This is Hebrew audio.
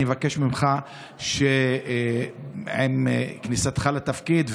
אני מבקש ממך שעם כניסתך לתפקיד,